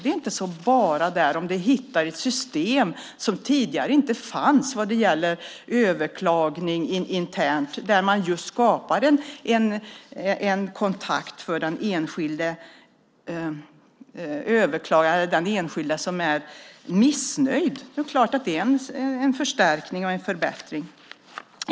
Det är inte så bara om man hittar ett system som tidigare inte fanns vad gäller överklagande internt, där man just skapar en kontakt för den enskilde som är missnöjd. Det är klart att det är en förstärkning och en förbättring.